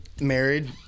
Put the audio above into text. Married